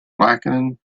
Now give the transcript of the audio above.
blackened